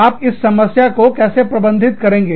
आप इस समस्या को कैसे प्रबंधित करेंगे